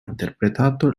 interpretato